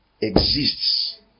exists